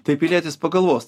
tai pilietis pagalvos